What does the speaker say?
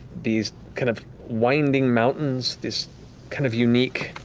these kind of winding mountains, this kind of unique